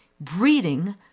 breeding